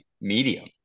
medium